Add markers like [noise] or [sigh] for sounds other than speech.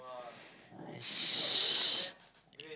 [noise]